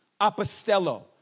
Apostello